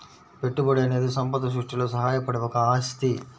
పెట్టుబడి అనేది సంపద సృష్టిలో సహాయపడే ఒక ఆస్తి